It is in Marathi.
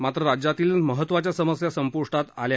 मात्र राज्यातील महत्वाच्या समस्या संपुष्टात आल्या